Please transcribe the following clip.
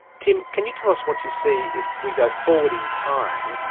tim, can you tell us what you see if we go forward in time,